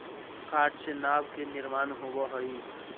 काठ से नाव के निर्माण होवऽ हई